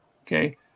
Okay